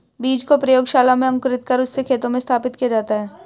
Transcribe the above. बीज को प्रयोगशाला में अंकुरित कर उससे खेतों में स्थापित किया जाता है